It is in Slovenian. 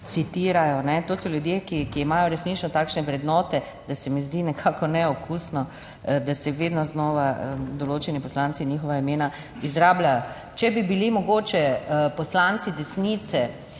citirajo. To so ljudje, ki imajo resnično takšne vrednote, da se mi zdi nekako neokusno, da se vedno znova določeni poslanci njihova imena izrabljajo. Če bi bili mogoče poslanci desnice